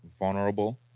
Vulnerable